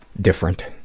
different